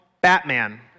Batman